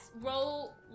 roll